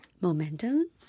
Momentum